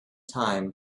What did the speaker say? time